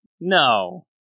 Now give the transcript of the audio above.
No